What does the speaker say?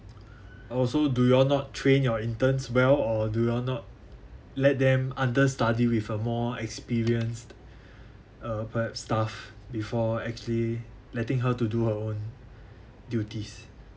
oh so do you all not trained your interns well or do you all not let them understudy with a more experienced uh perhaps staff before actually letting her to do her own duties